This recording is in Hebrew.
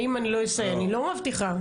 אני לא מבטיחה.